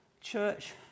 Church